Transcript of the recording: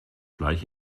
bleich